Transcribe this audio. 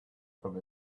from